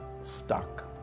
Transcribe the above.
Stuck